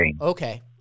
Okay